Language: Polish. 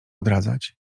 odradzać